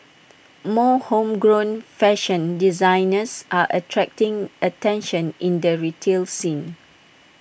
more homegrown fashion designers are attracting attention in the retail scene